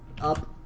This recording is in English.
up